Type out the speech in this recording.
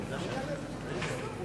איסור פרסום